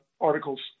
articles